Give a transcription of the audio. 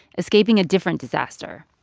escaping a different disaster,